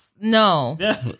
No